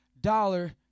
dollar